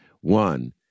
One